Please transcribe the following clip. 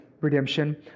redemption